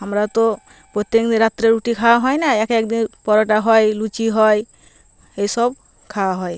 আমরা তো প্রত্যেক দিন রাত্রে রুটি খাওয়া হয় না এক এক দিন পরোটা হয় লুচি হয় এসব খাওয়া হয়